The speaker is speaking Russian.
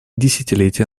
десятилетия